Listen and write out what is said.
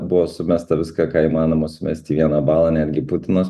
buvo sumesta viską ką įmanoma sumest į vieną balą netgi putinas